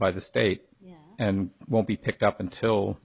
by the state and won't be picked up until